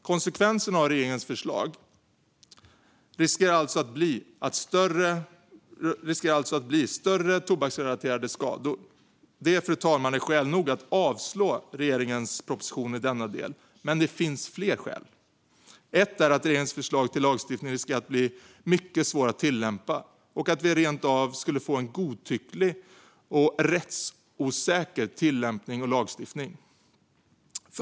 Konsekvensen av regeringens förslag riskerar alltså att bli större tobaksrelaterade skador. Det, fru talman, är skäl nog att avslå regeringens proposition i denna del, men det finns fler skäl. Ett skäl är att regeringens föreslagna lagstiftning riskerar att bli mycket svår att tillämpa och att vi rent av skulle få en godtycklig och rättsosäker lagstiftning och tillämpning.